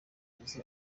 izo